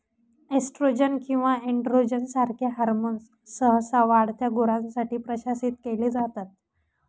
oestrogen किंवा androgen सारखे hormones सहसा वाढत्या गुरांसाठी प्रशासित केले जातात